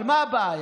אבל מה הבעיה?